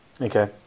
Okay